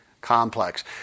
complex